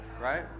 right